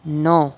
نو